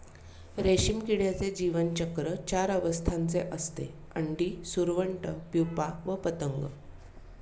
रेशीम किड्याचे जीवनचक्र चार अवस्थांचे असते, अंडी, सुरवंट, प्युपा व पतंग